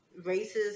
racist